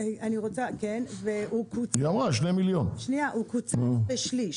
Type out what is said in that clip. הוא קוצץ בשליש.